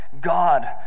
God